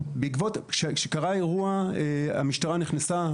כשקרה האירוע המשטרה נכנסה,